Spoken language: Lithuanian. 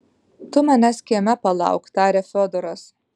tu manęs kieme palauk tarė fiodoras